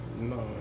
No